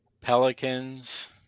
pelicans